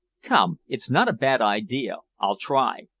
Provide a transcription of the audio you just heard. come, it's not a bad idea i'll try!